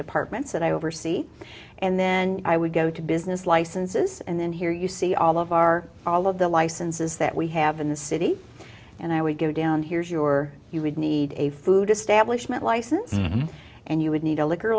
departments that i oversee and then i would go to business licenses and then here you see all of our all of the licenses that we have in the city and i would go down here's your you would need a food establishment license and you would need a liquor